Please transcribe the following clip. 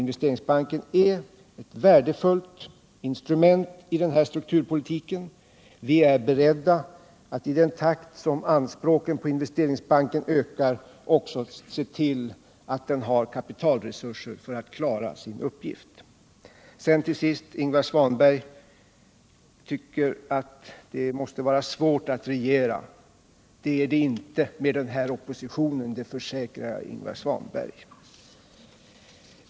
Investeringsbanken är ett värdefullt instrument i strukturpolitiken. Vi är beredda att i den takt som anspråken på Investeringsbanken ökar se till att den också har kapitalresurser för att klara sin uppgift. Ingvar Svanberg tyckte slutligen att det måste vara svårt att regera. Jag vill försäkra Ingvar Svanberg att det inte är svårt, med den opposition vi har.